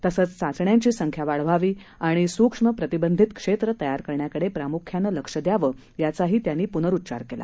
तसंच चाचण्यांची संख्या वाढवावी आणि सुक्ष्म प्रतिबंधित क्षेत्र तयार करण्याकडे प्रामुख्यानं लक्ष द्यावं याचाही त्यांनी पुनरुच्चार केला